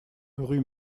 rue